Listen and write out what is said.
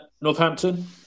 Northampton